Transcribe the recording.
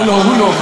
הוא לא.